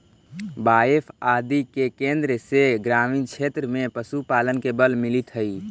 बाएफ आदि के केन्द्र से ग्रामीण क्षेत्र में पशुपालन के बल मिलित हइ